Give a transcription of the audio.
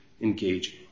engaging